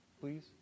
Please